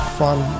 fun